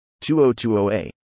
2020a